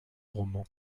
roman